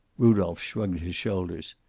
rudolph shrugged his shoulders.